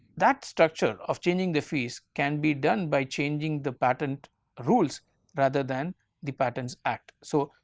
that structure of changing the fees can be done by changing the patent rules rather than the patents act. so,